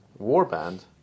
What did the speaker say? Warband